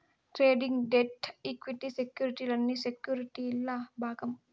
trading, debt, equity సెక్యుర్టీలన్నీ సెక్యుర్టీల్ల భాగం